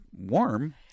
warm